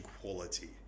quality